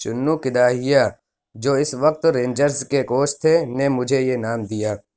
چنو کداہیا جو اس وقت رینجرز کے کوچ تھے نے مجھے یہ نام دیا